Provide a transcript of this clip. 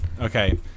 Okay